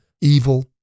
evil